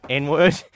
n-word